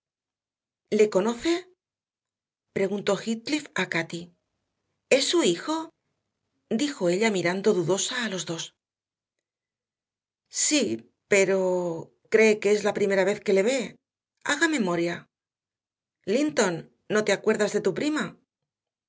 le conoce preguntó heathcliff a cati es su hijo dijo ella mirando dudosa a los dos sí pero cree que es la primera vez que le ve haga memoria linton no te acuerdas de tu prima